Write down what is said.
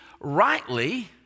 rightly